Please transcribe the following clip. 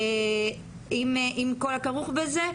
עם כל הכרוך בזה,